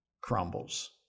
crumbles